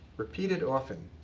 repeated often,